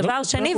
דבר שני,